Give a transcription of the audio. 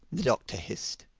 the doctor hissed.